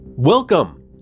Welcome